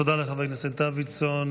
תודה לחבר הכנסת דוידסון.